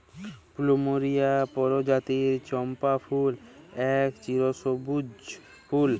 plumeria পরজাতির চম্পা ফুল এক চিরসব্যুজ ফুল